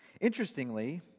Interestingly